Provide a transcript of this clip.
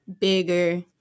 bigger